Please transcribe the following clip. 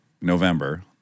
November